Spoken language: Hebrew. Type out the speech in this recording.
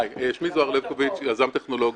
שמי זוהר לבקוביץ, יזם טכנולוגי.